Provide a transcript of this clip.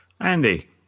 Andy